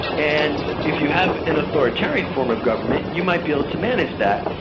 and if you have an authoritarian form of government you might be able to manage that,